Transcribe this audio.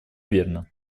верно